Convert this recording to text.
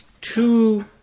two